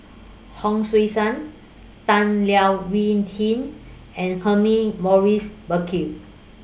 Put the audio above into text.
Hon Sui Sen Tan Leo Wee Hin and Humphrey Morris Burkill